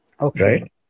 Okay